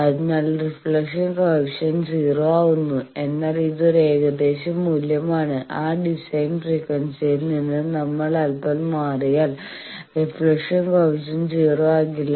അതിനാൽ reflection coefficient 0 ആവുന്നു എന്നാൽ ഇത് ഒരു ഏകദേശ മൂല്യം ആണ് ആ ഡിസൈൻ ഫ്രീക്വൻസിയിൽ നിന്ന് നമ്മൾ അൽപ്പം മാറിയാൽ റിഫ്ലക്ഷൻ കോയെഫിഷ്യന്റ് 0 ആയിരിക്കില്ല